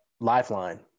lifeline